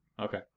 Okay